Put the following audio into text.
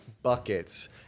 buckets